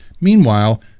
Meanwhile